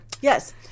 Yes